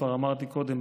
כבר אמרתי קודם,